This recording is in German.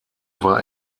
war